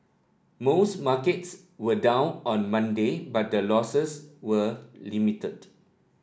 most markets were down on Monday but the losses were limited